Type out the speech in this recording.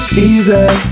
Easy